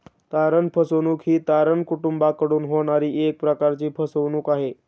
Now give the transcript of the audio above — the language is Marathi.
तारण फसवणूक ही तारण कुटूंबाकडून होणारी एक प्रकारची फसवणूक आहे